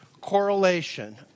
correlation